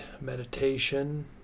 meditation